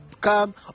come